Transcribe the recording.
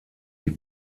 die